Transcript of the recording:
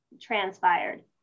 transpired